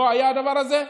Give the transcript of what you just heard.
לא היה הדבר הזה?